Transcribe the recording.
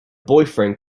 boyfriend